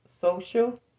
social